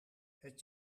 het